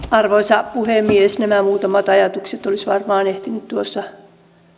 arvoisa puhemies nämä muutamat ajatukset olisi varmaan ehtinyt tuossa